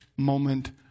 moment